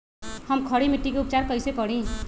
हम खड़ी मिट्टी के उपचार कईसे करी?